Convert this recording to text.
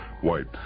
White